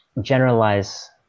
generalize